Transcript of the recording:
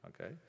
okay